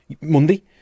Monday